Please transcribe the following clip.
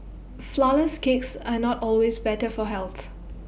Flourless Cakes are not always better for health